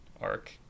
arc